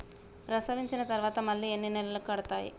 ప్రసవించిన తర్వాత మళ్ళీ ఎన్ని నెలలకు కడతాయి?